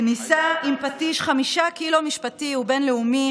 כניסה עם פטיש חמישה קילו משפטי ובין-לאומי,